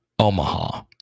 Omaha